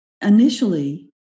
initially